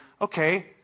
Okay